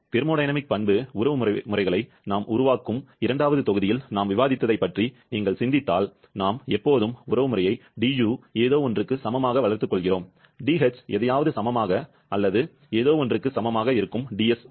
thermodynamic பண்பு உறவுகளை நாம் உருவாக்கும் இரண்டாவது தொகுதியில் நாம் விவாதித்ததைப் பற்றி நீங்கள் சிந்தித்தால் நாம் எப்போதும் உறவை du ஏதோ ஒன்றுக்கு சமமாக வளர்த்துக் கொள்கிறோம் dh எதையாவது சமமாக அல்லது ஏதோவொன்றுக்கு சமமாக ds